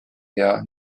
hea